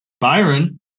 Byron